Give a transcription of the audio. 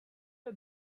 her